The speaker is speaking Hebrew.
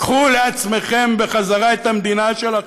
קחו לעצמכם בחזרה את המדינה שלכם.